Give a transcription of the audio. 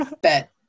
Bet